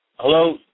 Hello